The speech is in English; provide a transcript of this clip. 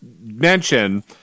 mention